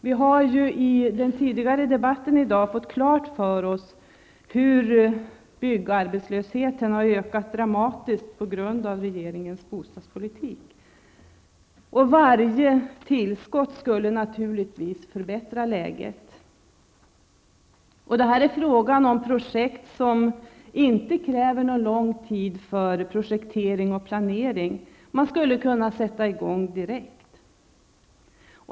Vi har i debatten tidigare i dag fått klart för oss att byggarbetslösheten har ökat dramatiskt på grund av regeringens bostadspolitik. Varje tillskott skulle naturligtvis förbättra läget. Det är här fråga om projekt som inte kräver någon lång tid för projektering och planering -- man skulle kunna sätta i gång direkt.